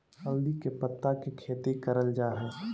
हल्दी के पत्ता के खेती करल जा हई